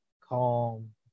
calm